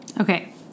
Okay